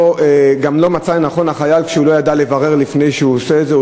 החייל גם לא מצא לנכון לברר לפני שהוא עושה את זה.